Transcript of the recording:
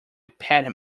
pet